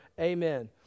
Amen